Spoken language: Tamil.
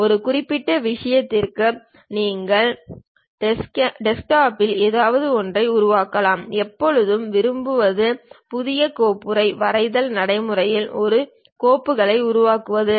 ஒரு குறிப்பிட்ட விஷயத்திற்கு நீங்கள் டெஸ்க்டாப்பில் ஏதாவது ஒன்றை உருவாக்கலாம் எப்போதும் விரும்புவது புதிய கோப்புறை வரைதல் நடைமுறையில் ஒரு கோப்பகத்தை உருவாக்குவது